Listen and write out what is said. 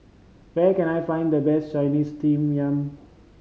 where can I find the best Chinese Steamed Yam